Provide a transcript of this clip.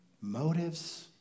motives